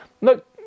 look